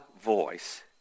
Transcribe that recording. voice